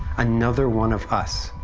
another one of us.